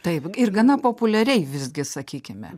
taip ir gana populiariai visgi sakykime